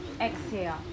Exhale